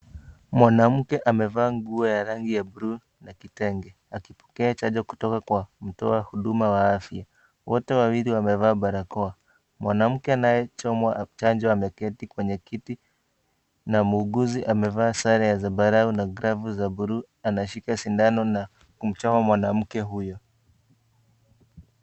Mwanamke amevaa nguo ya rangi ya buluu na kitenge, akipokea chanjo kutoka kwa mtoa huduma wa afya. Wote wawili wamevaa barakoa. Mwanamke anayechomwa chanjo ameketi kwenye kiti, na muuguzi amevaa sare ya zambarau na glavu za buluu, anashika sindano na kumchoma mwanamke huyo.